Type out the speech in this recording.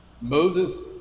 Moses